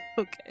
Okay